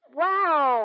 wow